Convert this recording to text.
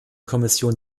kommission